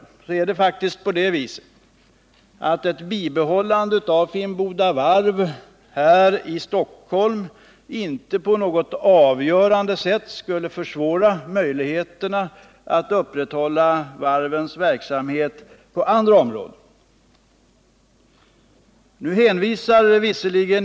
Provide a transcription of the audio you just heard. I fråga om varven är det emellertid på det viset att ett bibehållande av Finnboda varv här i Stockholm inte på något avgörande sätt skulle försvåra möjligheterna att upprätthålla verksamheten inom varven på andra områden.